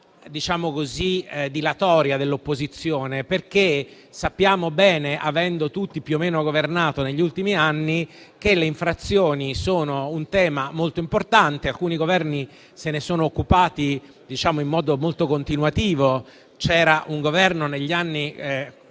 una volontà dilatoria dell'opposizione, perché sappiamo bene, avendo tutti più o meno governato negli ultimi anni, che le infrazioni sono un tema molto importante. Alcuni Governi se ne sono occupati in modo molto continuativo: c'era un Governo negli anni